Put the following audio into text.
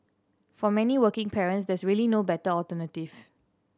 for many working parents there's really no better alternative